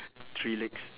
three legs